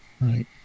Right